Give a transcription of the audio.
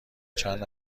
چند